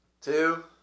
two